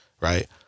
right